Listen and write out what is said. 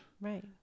right